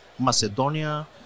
Macedonia